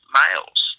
males